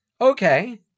okay